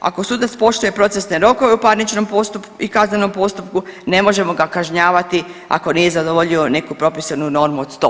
Ako sudac poštuje procesne rokove u parničnom i kaznenom postupku ne možemo ga kažnjavati ako nije zadovoljio neku propisanu normu od sto posto.